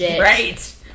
Right